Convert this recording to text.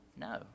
no